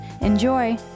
Enjoy